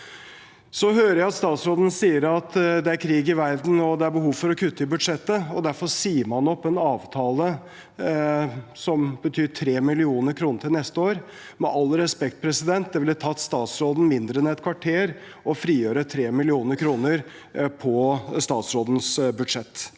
Så hører jeg at statsråden sier det er krig i verden, og at det er behov for å kutte i budsjettet, og derfor sier man opp en avtale som betyr 3 mill. kr til neste år. Med all respekt: Det ville tatt statsråden mindre enn et kvarter å frigjøre 3 mill. kr på sitt budsjett.